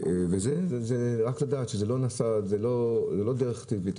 זה רק לדעת שזו לא דרך טבעית,